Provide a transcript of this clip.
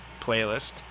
playlist